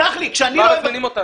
בשביל מה מזמינים אותנו?